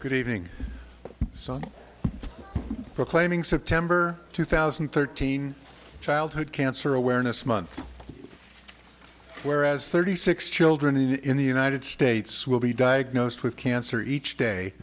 good evening sun proclaiming september two thousand and thirteen childhood cancer awareness month whereas thirty six children in the united states will be diagnosed with cancer each day